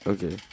Okay